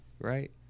Right